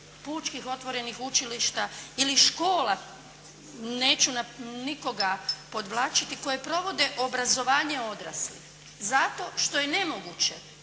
pučkih otvorenih učilišta ili škola, neću nikoga podvlačiti koje provode obrazovanje odraslih zato što je nemoguće